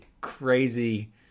crazy